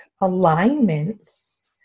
alignments